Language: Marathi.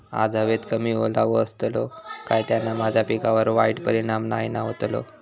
आज हवेत कमी ओलावो असतलो काय त्याना माझ्या पिकावर वाईट परिणाम नाय ना व्हतलो?